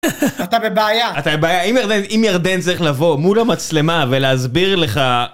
אתה בבעיה, אתה בבעיה. אם ירדן... אם ירדן צריך לבוא מול המצלמה ולהסביר לך